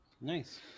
Nice